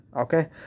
Okay